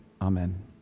Amen